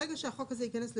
ברגע שהחוק הזה ייכנס לתוקף,